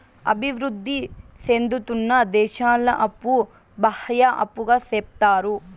అభివృద్ధి సేందుతున్న దేశాల అప్పు బాహ్య అప్పుగా సెప్తారు